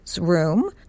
room